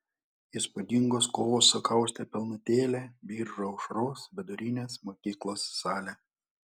įspūdingos kovos sukaustė pilnutėlę biržų aušros vidurinės mokyklos salę